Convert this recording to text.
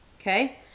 Okay